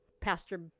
Pastor